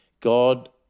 God